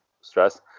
stress